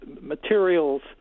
materials